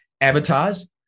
avatars